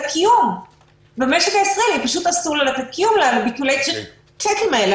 קיום במשק הישראלי - ביטולי הצ'קים האלה,